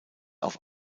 auf